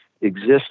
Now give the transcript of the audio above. exist